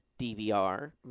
dvr